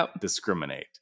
discriminate